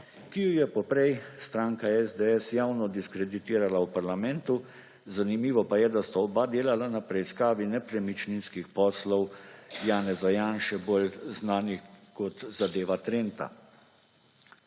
ki ju je poprej stranka SDS javno diskreditirala v parlamentu; zanimivo pa je, da sta oba delala na preiskavi nepremičninskih poslov Janeza Janše, bolj znani kot zadeva Trenta.